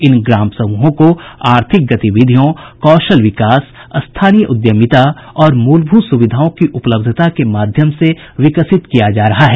इन ग्राम समूहों को आर्थिक गतिविधियों कौशल विकास स्थानीय उद्यमिता और मलभूत सुविधाओं की उपलब्धता के माध्यम से विकसित किया जा रहा है